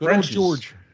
George